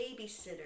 babysitter